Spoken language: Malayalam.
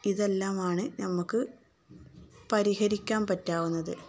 ഇതെല്ലാമാണു നമ്മള്ക്കു പരിഹരിക്കാൻ പറ്റാവുന്നത്